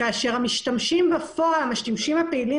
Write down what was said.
מספר המשתמשים הפעילים